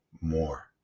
more